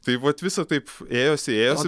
tai vat visa taip ėjosi ėjos